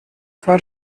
for